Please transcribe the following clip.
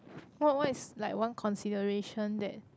what what is like one consideration that